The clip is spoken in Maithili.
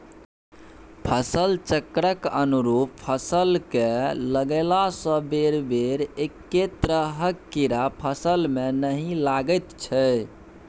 फसल चक्रक अनुरूप फसल कए लगेलासँ बेरबेर एक्के तरहक कीड़ा फसलमे नहि लागैत छै